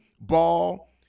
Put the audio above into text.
Ball